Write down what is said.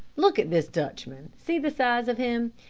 look at this dutchman see the size of him.